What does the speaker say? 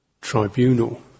tribunal